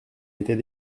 était